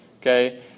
okay